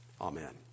Amen